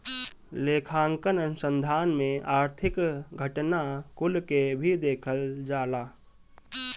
लेखांकन अनुसंधान में आर्थिक घटना कुल के भी देखल जाला